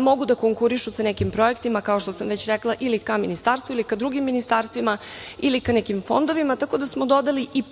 mogu da konkurišu sa nekim projektima, kao što sam već rekla ili ka ministarstvu ili ka drugim ministarstvima ili ka nekim fondovima. Tako da smo dodeli i